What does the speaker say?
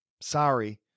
Sorry